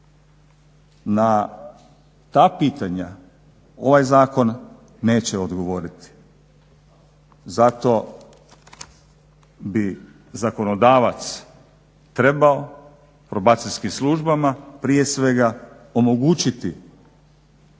Na ta pitanja ovaj zakon neće odgovoriti. Zato bi zakonodavac trebao probacijskim službama prije svega omogućiti